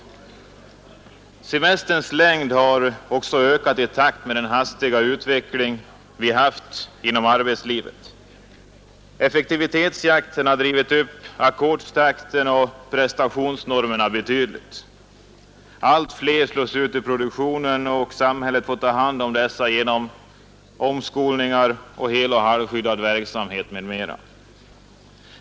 Semesterns längd har också ökat i takt med den hastiga utveckling vi haft inom arbetslivet. Effektivitetsjakten har drivit upp ackordstakten och prestationsnormerna betydligt. Allt fler slås ut ur produktionen, och samhället får ta hand om dessa genom omskolning, heloch halvskyddad verksamhet, m.m.